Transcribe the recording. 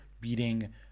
beating